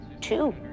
two